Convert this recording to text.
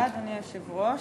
אדוני היושב-ראש,